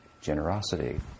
generosity